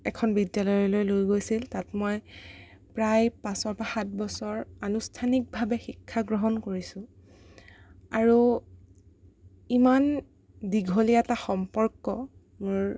এখন বিদ্য়ালয়লৈ লৈ গৈছিল তাত মই প্ৰায় পাঁচৰপৰা সাতবছৰ আনুষ্ঠানিকভাৱে শিক্ষা গ্ৰহণ কৰিছোঁ আৰু ইমান দীঘলীয়া এটা সম্পৰ্ক মোৰ